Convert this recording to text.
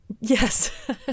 yes